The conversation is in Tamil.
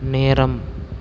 நேரம்